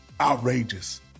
outrageous